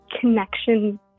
connection